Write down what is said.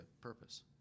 purpose